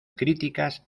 críticas